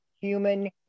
human